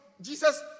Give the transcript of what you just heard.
Jesus